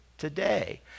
today